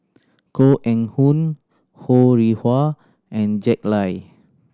Koh Eng Hoon Ho Rih Hwa and Jack Lai